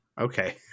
Okay